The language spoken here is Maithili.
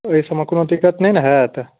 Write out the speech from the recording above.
ओहिसब मे कोनो दिक्कत नहि ने होयत